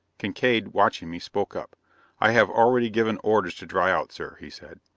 kincaide, watching me, spoke up i have already given orders to dry out, sir, he said.